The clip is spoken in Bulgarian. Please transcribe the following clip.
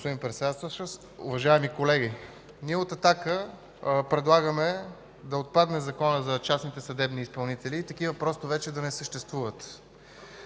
Господин Председателстващ, уважаеми колеги! Ние от „Атака” предлагаме да отпадне Законът за частните съдебни изпълнители и такива просто вече да не съществуват,